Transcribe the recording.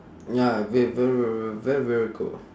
ya ve~ ver~ very very cold